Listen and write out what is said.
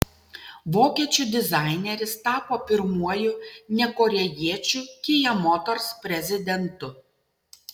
vokiečių dizaineris tapo pirmuoju ne korėjiečiu kia motors prezidentu